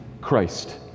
Christ